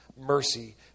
mercy